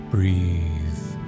Breathe